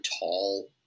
tall